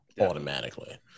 automatically